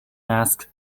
masks